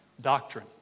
doctrine